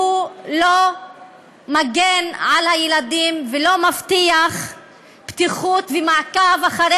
והוא לא מגן על הילדים ולא מבטיח בטיחות ומעקב אחרי